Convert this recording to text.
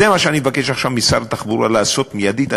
זה מה שאני מבקש עכשיו משר התחבורה לעשות מיידית.